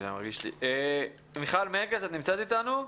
מיכל מנקס, את אתנו?